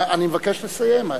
אני מבקש לסיים.